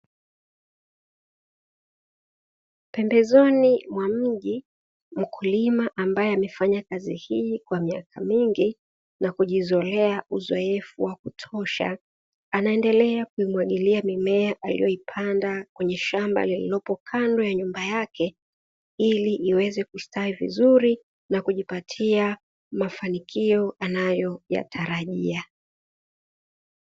Pembezoni mwa mji, mkulima ambaye amefanya kazi hii kwa miaka mingi na kujizolea uzoefu wa kutosha anaendelea kuimwagilia mimea aliyoipanda kwenye shamba lililopo kando ya nyumba yake ili iweze kustawi vizuri na kujipatia mafanikio anayoyatarajia.